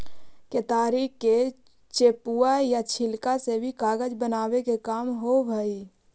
केतारी के चेपुआ या छिलका से भी कागज बनावे के काम होवऽ हई